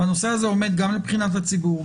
הנושא הזה עומד גם לבחינת הציבור,